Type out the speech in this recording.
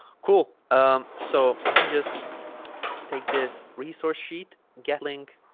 cool um so let me just take this resource sheet get link